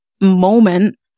moment